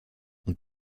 und